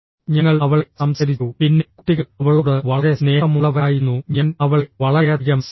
ഞങ്ങൾ അവളെ സംസ്കരിച്ചു പിന്നെ കുട്ടികൾ അവളോട് വളരെ സ്നേഹമുള്ളവരായിരുന്നു ഞാൻ അവളെ വളരെയധികം സ്നേഹിച്ചു